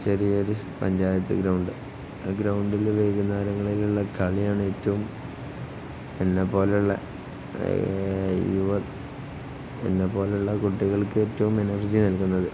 ചെറിയയൊരു panchayat ground ആ ഗ്രൗണ്ടില് വൈകുന്നേരങ്ങളിലുള്ള കളിയാണ് ഏറ്റവും എന്നെ പോലെയുള്ള എന്നെ പോലെയുള്ള കുട്ടികൾക്ക് ഏറ്റവും എനർജി നൽകുന്നത്